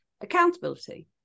accountability